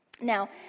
Now